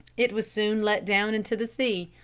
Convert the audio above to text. it was soon let down into the sea.